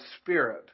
Spirit